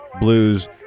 blues